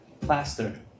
plaster